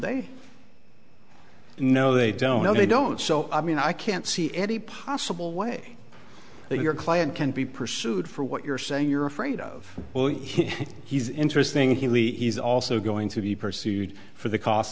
they no they don't no they don't so i mean i can't see any possible way that your client can be pursued for what you're saying you're afraid of him he's interesting he is also going to be pursued for the cos